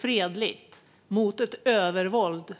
fredligt stått upp mot regimens övervåld.